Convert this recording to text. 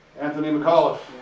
anthony mcauliffe.